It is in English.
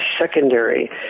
secondary